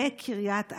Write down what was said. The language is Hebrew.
בקריית ארבע.